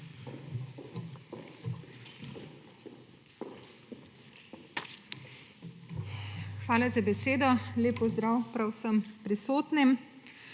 Hvala za besedo. Lep pozdrav prav sem prisotnim!